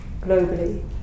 globally